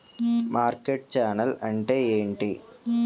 Market channel అంటే ఏంటి?